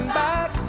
back